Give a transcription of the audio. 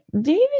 David